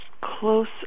close